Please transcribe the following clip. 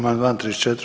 Amandman 34.